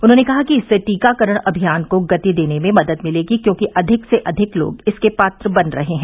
उन्होंने कहा कि इससे टीकाकरण अभियान को गति देने में मदद मिलेगी क्योंकि अधिक से अधिक लोग इसके पात्र बन रहे हैं